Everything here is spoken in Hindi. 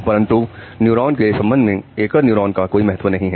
परंतु न्यूरॉन्स के संबंध में एकल न्यूरॉन का कोई महत्व नहीं है